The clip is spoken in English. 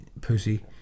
pussy